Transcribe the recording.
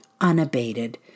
unabated